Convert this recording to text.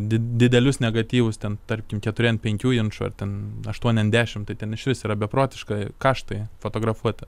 di didelius negatyvus ten tarkim keturi ant penkių inčų aštuoni ant dešimt tai ten išvis yra beprotiška kaštai fotografuoti